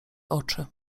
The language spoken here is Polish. oczy